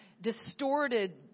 distorted